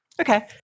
Okay